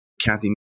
Kathy